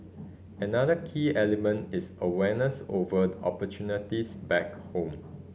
another key element is awareness over opportunities back home